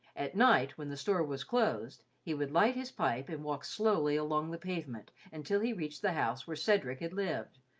at night, when the store was closed, he would light his pipe and walk slowly along the pavement until he reached the house where cedric had lived,